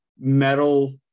metal